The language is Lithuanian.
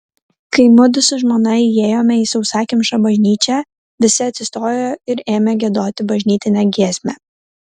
kai mudu su žmona įėjome į sausakimšą bažnyčią visi atsistojo ir ėmė giedoti bažnytinę giesmę